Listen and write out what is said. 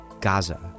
Gaza